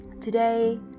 Today